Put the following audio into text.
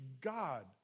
God